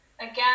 again